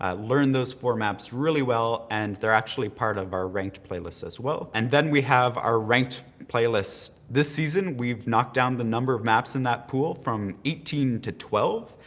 ah learn those four maps really well and they're actually part of our ranked playlist as well, and then we have our ranked playlist. this season we've knocked down the number of maps in that pool from eighteen to twelve.